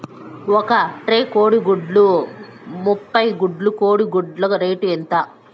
ఒక ట్రే కోడిగుడ్లు ముప్పై గుడ్లు కోడి గుడ్ల రేటు ఎంత?